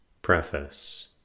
Preface